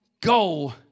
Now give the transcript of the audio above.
Go